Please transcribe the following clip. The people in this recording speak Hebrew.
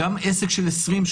גם עסק של 20,